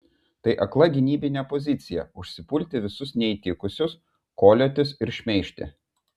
tai akla gynybinė pozicija užsipulti visus neįtikusius koliotis ir šmeižti